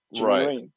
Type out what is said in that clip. Right